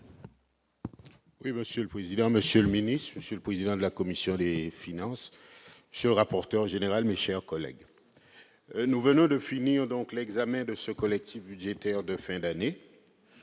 vote. Monsieur le président, monsieur le secrétaire d'État, monsieur le président de la commission des finances, monsieur le rapporteur général, mes chers collègues, nous venons de finir l'examen de ce collectif budgétaire de fin d'année.